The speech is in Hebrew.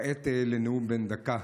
כעת לנאום בן דקה.